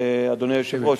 אדוני היושב-ראש,